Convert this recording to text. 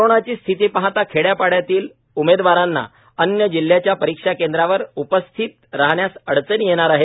कोरोनाची स्थिती पाहता खेड्यापाड्यातील उमेदवारांना अन्य जिल्ह्याच्या परीक्षा केंद्रांवर उपस्थितीत राहण्यास अडचणी येणार आहेत